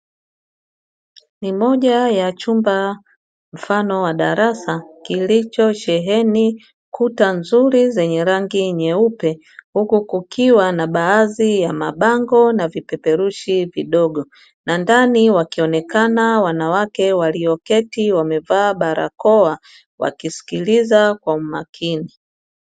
Ni moja ya chumba mfano wa darasa. Kilichosheheni kuta nzuri zenye rangi nyeupe, huku kukiwa na baadhi ya mabango na vipeperushi vidogo na ndani wakionekana wanawake walioketi wamevaa barakoa, wakisikiliza kwa umakini.